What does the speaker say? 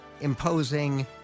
imposing